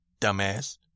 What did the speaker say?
dumbass